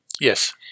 Yes